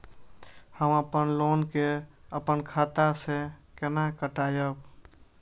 हम अपन लोन के अपन खाता से केना कटायब?